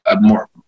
more